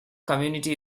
community